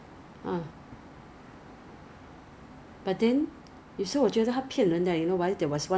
the the everything it's about fifty three add up to about fifty three 这样子